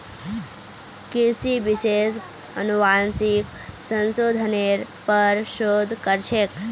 कृषि विशेषज्ञ अनुवांशिक संशोधनेर पर शोध कर छेक